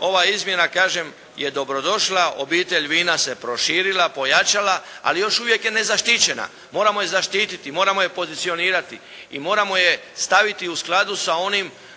Ova izmjena kažem je dobrodošla, obitelj vina se proširila, pojačala, ali još uvijek je nezaštićena. Moramo je zaštititi, moramo je pozicionirati i moramo je staviti u skladu sa onim